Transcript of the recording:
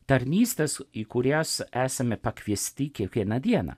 tarnystės į kurias esame pakviesti kiekvieną dieną